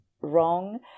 wrong